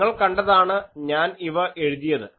നിങ്ങൾ കണ്ടതാണ് ഞാൻ ഇവ എഴുതിയത്